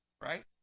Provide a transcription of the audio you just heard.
Right